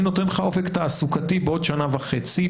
אני נותנת לך אופק תעסוקתי בעוד שנה וחצי,